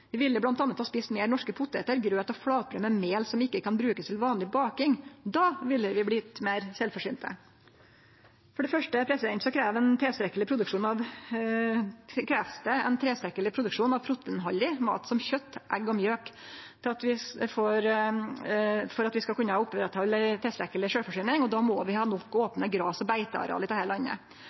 Vi ville bl.a. spist mer norske poteter, grøt og flatbrød med mel som ikke kan brukes til vanlig baking. Da ville vi blitt mye mer selvforsynte.» For det første krevst det ein tilstrekkeleg produksjon av proteinhaldig mat som kjøt, egg og mjølk for at vi skal kunne oppretthalde tilstrekkeleg sjølvforsyning, og då må vi ha nok opne gras- og beiteareal i dette landet.